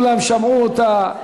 כולם שמעו אותה.